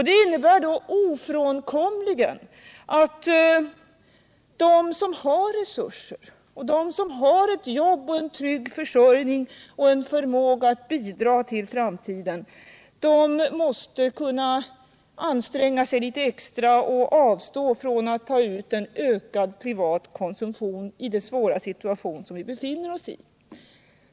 Det innebär ofrånkomligen att de som har resurser, har ett jobb, en trygg försörjning och en förmåga att bidra till framtiden, måste kunna anstränga sig litet extra och avstå från att ta ut ökad privat konsumtion i den svåra situation vi befinner oss i.